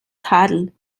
tadel